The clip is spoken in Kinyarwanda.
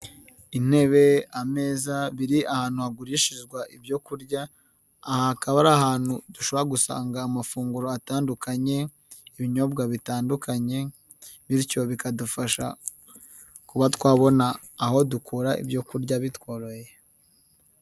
Intebe ameza biri ahantu hagurishizwa ibyokurya. Aha hakaba ari ahantu dushaka gusanga amafunguro atandukanye, ibinyobwa bitandukanye, bityo bikadufasha kuba twabona aho dukura ibyo kurya bitworoheye.